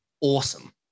awesome